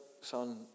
son